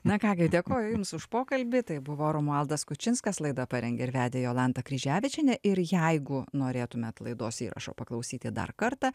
na ką gi dėkoju jums už pokalbį tai buvo romualdas kučinskas laidą parengė ir vedė jolanta kryževičienė ir jeigu norėtumėt laidos įrašo paklausyti dar kartą